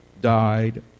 died